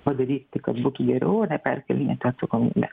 padaryti kad būtų geriau o ne perkėlinėti atsakomybę